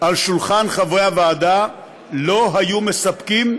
על שולחן הוועדה לא היו מספקים,